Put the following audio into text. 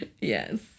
Yes